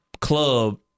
club